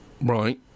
Right